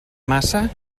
massa